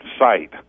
site